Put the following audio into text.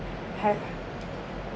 have